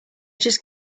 just